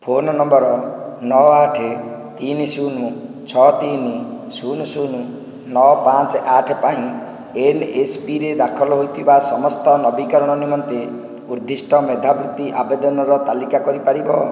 phone number ନଅ ଆଠ ତିନି ଶୁନ ଛଅ ତିନି ଶୁନ ଶୁନ ନଅ ପାଞ୍ଚ ଆଠ ପାଇଁ ଏନ୍ଏସ୍ପିରେ ଦାଖଲ ହୋଇଥିବା ସମସ୍ତ ନବୀକରଣ ନିମନ୍ତେ ଉଦ୍ଦିଷ୍ଟ ମେଧାବୃତ୍ତି ଆବେଦନର ତାଲିକା କରି ପାରିବ